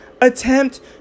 attempt